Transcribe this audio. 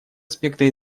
аспекты